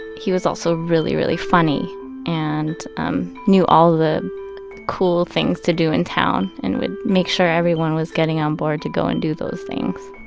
he was also really, really funny and um knew all the cool things to do in town, and would make sure everybody was getting on board to go and do those things.